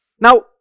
Now